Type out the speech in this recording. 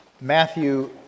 Matthew